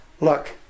look